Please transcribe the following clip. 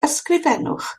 ysgrifennwch